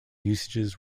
usages